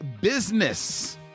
business